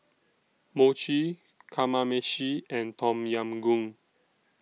Mochi Kamameshi and Tom Yam Goong